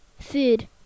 Food